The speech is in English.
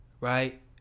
right